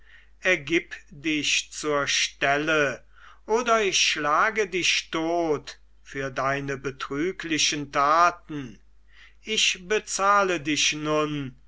ergib dich zur stelle oder ich schlage dich tot für deine betrüglichen taten ich bezahle dich nun